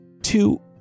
Two